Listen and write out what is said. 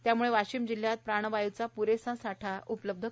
त्याम्ळे वाशिम जिल्ह्यात प्राणवायूचा प्रेसा साठा उपलब्ध आहे